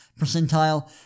percentile